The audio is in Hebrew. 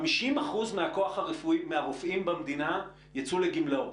50% מהרופאים במדינה יצאו לגמלאות.